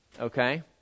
Okay